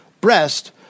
breast